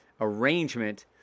arrangement